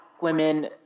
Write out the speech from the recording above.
women